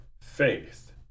faith